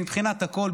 מבחינת הכול,